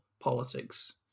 politics